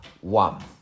one